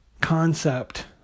concept